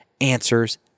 answers